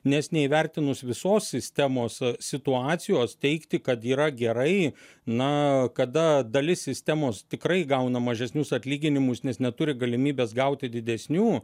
nes neįvertinus visos sistemos situacijos teigti kad yra gerai na kada dalis sistemos tikrai gauna mažesnius atlyginimus nes neturi galimybės gauti didesnių